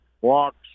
walks